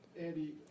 Andy